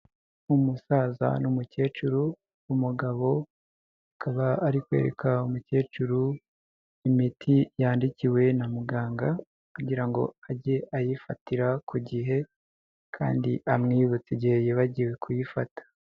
Umusaza n'umukecuru, umugabo akaba ari kwereka umukecuru imiti yandikiwe na muganga, kugira ngo ajye ayifatira ku gihe kandi amwibutsa igihe yibagiwe kuyifata.